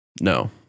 No